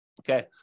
Okay